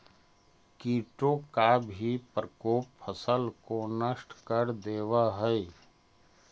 कीटों का भी प्रकोप फसल को नष्ट कर देवअ हई